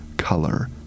Color